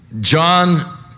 John